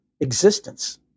existence